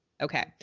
Okay